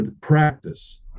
practice